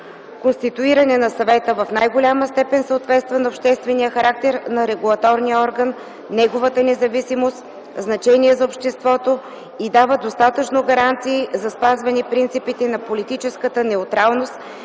конституиране на Съвета в най-голяма степен съответства на обществения характер на регулаторния орган, неговата независимост, значение за обществото и дава достатъчно гаранции за спазване принципите на политическа неутралност